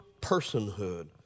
personhood